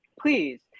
please